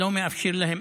שלא מאפשרים להם,